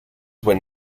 when